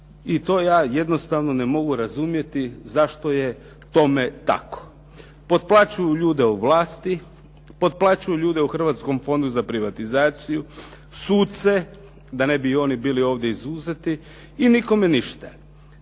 i to ja jednostavno ne mogu razumjeti zašto je tome tako. Potplaćuju ljude u vlasti, potplaćuju ljude u Hrvatskom fondu za privatizaciju, suce, da ne bi i oni ovdje bili izuzeti i nikome ništa.